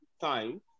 time